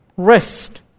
rest